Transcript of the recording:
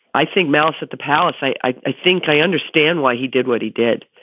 i think malice at the palace. i i think i understand why he did what he did,